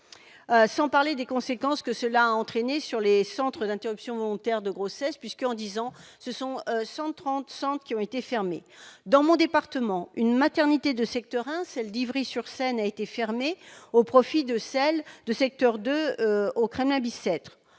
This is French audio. sans parler des conséquences que cela a entraîné sur les centres d'interruption volontaire de grossesse : en dix ans, ce sont 130 centres qui ont été fermés. Dans mon département, une maternité de secteur 1, celle d'Ivry-sur-Seine, a été fermée au profit de celle de secteur 2 du Kremlin-Bicêtre.